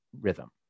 rhythm